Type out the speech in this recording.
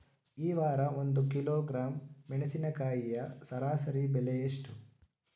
ಈ ವಾರ ಒಂದು ಕಿಲೋಗ್ರಾಂ ಮೆಣಸಿನಕಾಯಿಯ ಸರಾಸರಿ ಬೆಲೆ ಎಷ್ಟು?